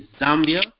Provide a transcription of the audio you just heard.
Zambia